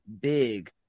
big